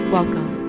Welcome